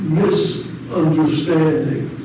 misunderstanding